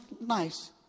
nice